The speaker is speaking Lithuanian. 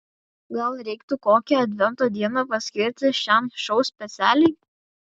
gal reiktų kokią advento dieną paskirti šiam šou specialiai